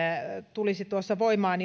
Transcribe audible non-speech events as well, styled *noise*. tulisi voimaan *unintelligible*